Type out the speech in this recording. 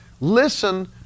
Listen